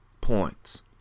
points